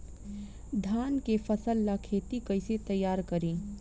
धान के फ़सल ला खेती कइसे तैयार करी?